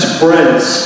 friends